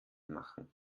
machen